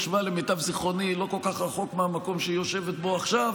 למיטב זיכרוני היא ישבה לא כל כך רחוק מהמקום שבו היא יושבת עכשיו,